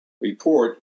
Report